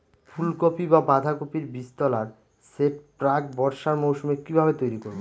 ফুলকপি বা বাঁধাকপির বীজতলার সেট প্রাক বর্ষার মৌসুমে কিভাবে তৈরি করব?